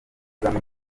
rwanda